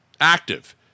active